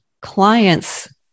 clients